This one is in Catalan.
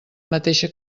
mateixa